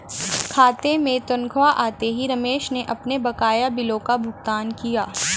खाते में तनख्वाह आते ही रमेश ने अपने बकाया बिलों का भुगतान किया